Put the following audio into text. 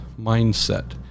mindset